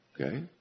Okay